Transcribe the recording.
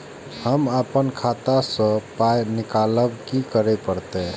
हम आपन खाता स पाय निकालब की करे परतै?